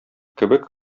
кебек